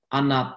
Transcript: ana